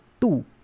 two